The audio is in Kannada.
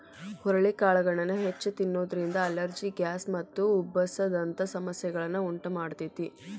ಹುರಳಿಕಾಳನ್ನ ಹೆಚ್ಚ್ ತಿನ್ನೋದ್ರಿಂದ ಅಲರ್ಜಿ, ಗ್ಯಾಸ್ ಮತ್ತು ಉಬ್ಬಸ ದಂತ ಸಮಸ್ಯೆಗಳನ್ನ ಉಂಟಮಾಡ್ತೇತಿ